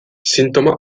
sintoma